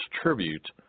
tribute